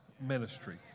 Ministry